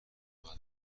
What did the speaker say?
مدرسه